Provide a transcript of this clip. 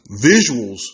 visuals